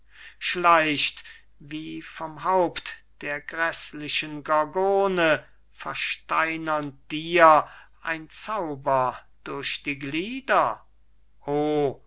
schleicht wie vom haupt der gräßlichen gorgone versteinernd dir ein zauber durch die glieder